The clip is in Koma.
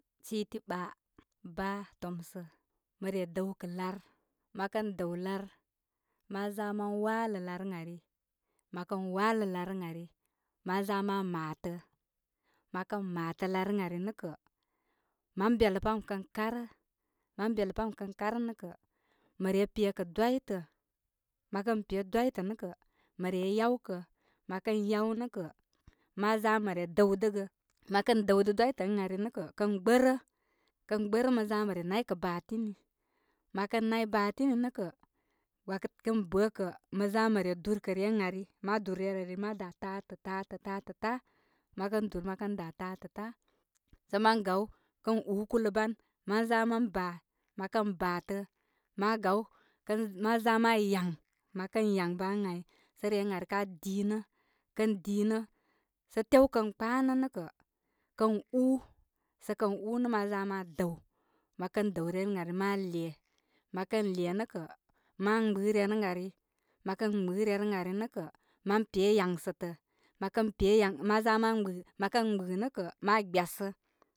Siti ɓa baa tomsə, mə re dəw kə' lar. Mə kən dəw lar, ma za ma walə larə ari. Mə kə walə larə ari. Ma za ma maatarurn. mə kə maatə lar ənari nə kə, mam be lə pam kə karatə, mam belə pam kən karə nə kə, mə re pekə dwitə. Mə kən pe dwitə nə kə, mə re yawkə məkən yaw nə kə. Ma za mə re dəw dəgə mə kər dəwdə dwitə ən ari nə kə kən gbərə ma za mə re nay kə' batini, mə kən nay batin nə' kə' kə bə kə', mə za mə re dur kə rye ən ari. Ma dur rye ari ma daa taatə, tatə ta mə kən dur mə kən daa taatə tā, sə ma gaw, kən uu kulə ban ma za man baa. Mə kə'n baatə, ma gaw ma za ma yaā. Mə kən yaā baa ə ma gaw ma za ma yaā. Mə kən yaā baa ən ai, sə ryer ən ari kaa dii nə. kən dii nə, sə tew kən kpanə' kə' kən uu. Sə kən uu nə, ma za ma dəw. Mə kən dəw ryer ən ari ma le. Mə kən le nə kə ma' bə'ə' ryer ə ari. Mə kən bə'ə ryer ən ari nə' kə ma pe yaāsə tə'. Mə kən pe yaā ma za ma ɓə'ə'. Mə kən bəə nə kə ma gbyasə.